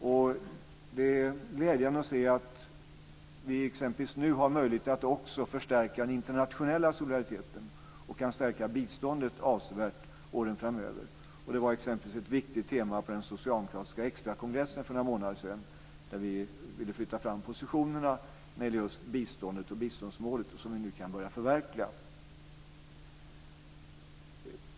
Det är exempelvis glädjande att se att vi nu har möjlighet att förstärka den internationella solidariteten, och kan stärka biståndet avsevärt under åren framöver. Detta var ett viktigt tema på den socialdemokratiska extrakongressen för några månader sedan, där vi ville flytta fram positionerna med biståndet och biståndsmålet. Detta kan vi nu börja förverkliga.